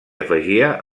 afegia